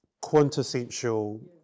quintessential